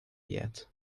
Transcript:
yet